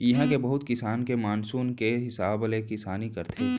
इहां के बहुत किसान ह मानसून के हिसाब ले किसानी करथे